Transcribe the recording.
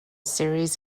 series